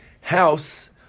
house